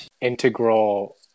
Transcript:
integral